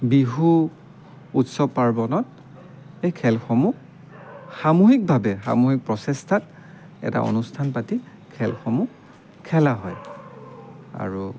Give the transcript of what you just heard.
বিহু উৎসৱ পাৰ্বণত এই খেলসমূহ সামূহিকভাৱে সামূহিক প্ৰচেষ্টাত এটা অনুষ্ঠান পাতি খেলসমূহ খেলা হয় আৰু